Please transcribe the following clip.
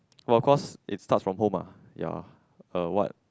well cause it starts from home ah ya uh what